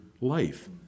life